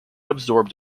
absorbed